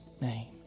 name